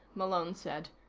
malone said.